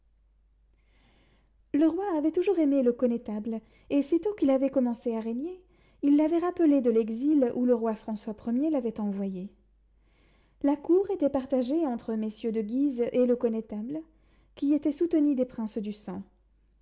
le roi avait toujours aimé le connétable et sitôt qu'il avait commencé à régner il l'avait rappelé de l'exil où le roi françois premier l'avait envoyé la cour était partagée entre messieurs de guise et le connétable qui était soutenu des princes du sang